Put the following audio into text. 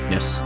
Yes